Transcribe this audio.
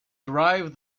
derive